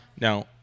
Now